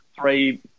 three